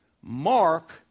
Mark